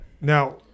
Now